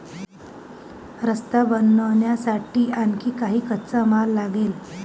रस्ता बनवण्यासाठी आणखी काही कच्चा माल लागेल